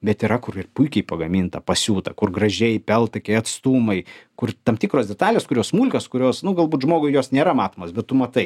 bet yra kur ir puikiai pagaminta pasiūta kur gražiai peltakiai atstumai kur tam tikros detalės kurios smulkios kurios nu galbūt žmogui jos nėra matomos bet tu matai